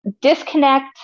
disconnect